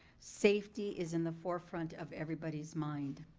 safety is in the forefront of everybody's mind.